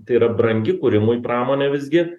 tai yra brangi kūrimui pramonė visgi